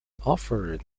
offered